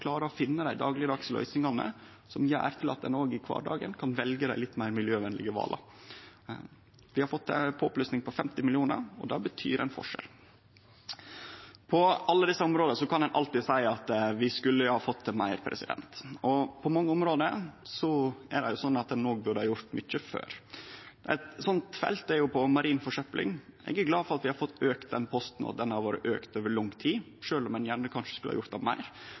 i kvardagen kan ta dei litt meir miljøvenlege vala. Vi har fått ei påplussing på 50 mill. kr, og det betyr ein forskjell. På alle desse områda kan ein alltid seie at vi skulle ha fått til meir, og på mange område burde ein òg ha gjort mykje før. Eit slikt felt er marin forsøpling. Eg er glad for at vi har fått auka den posten, at den har vore auka over lang tid, sjølv om ein gjerne skulle ha gjort meir.